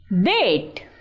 Date